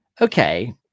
okay